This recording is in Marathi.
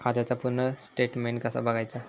खात्याचा पूर्ण स्टेटमेट कसा बगायचा?